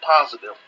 positive